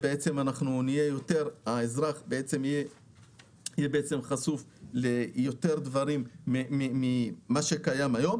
האזרח יהיה חשוף ליותר דברים ממה שקיים היום,